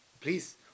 Please